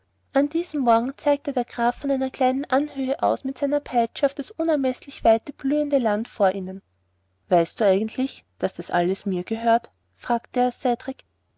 an diesem morgen zeigte der graf von einer kleinen anhöhe aus mit seiner peitsche auf das unermeßlich weite blühende land vor ihnen weißt du eigentlich daß das alles mir gehört fragte er